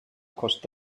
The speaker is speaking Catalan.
cost